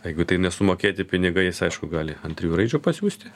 jeigu tai nesumokėti pinigai jis aišku gali ant trijų raidžių pasiųsti